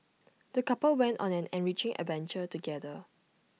the couple went on an enriching adventure together